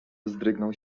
wzdrygnął